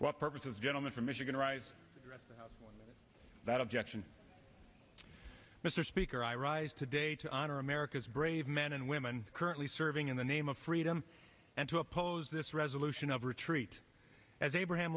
what purposes gentleman from michigan writes that object mr speaker i rise today to honor america's brave men and women currently serving in the name of freedom and to oppose this resolution of retreat as abraham